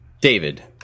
David